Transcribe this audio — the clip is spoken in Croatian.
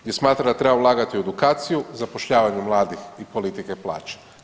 Gdje smatra da treba ulagati u edukaciju, zapošljavanje mladih i politike plaće.